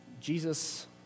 Jesus